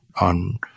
on